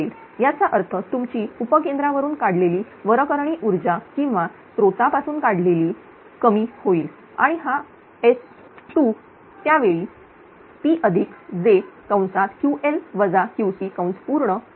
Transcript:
याचा अर्थ तुमची उपकेंद्रा वरून काढलेली वरकरणी ऊर्जा किंवा स्त्रोतापासून काढलेली कमी होईल आणि हा S2 त्यावेळी Pj असेल